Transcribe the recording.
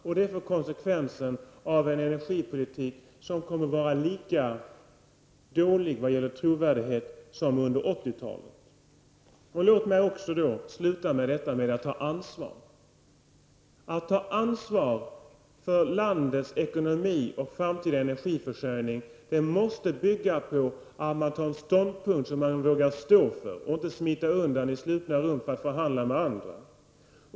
Det får som konsekvens en energipolitik som kommer att vara lika dålig vad gäller trovärdighet som under Låt mig sluta med att diskutera frågan om ansvar. Att ta ansvar för landets ekonomi och framtida energiförsörjning måste bygga på att man intar en ståndpunkt som man vågar stå för och inte smiter undan i slutna rum för att förhandla med andra.